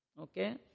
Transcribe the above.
Okay